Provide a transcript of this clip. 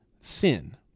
sin